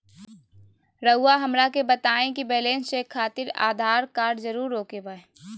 रउआ हमरा के बताए कि बैलेंस चेक खातिर आधार कार्ड जरूर ओके बाय?